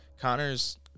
Connor's –